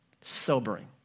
sobering